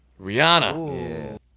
Rihanna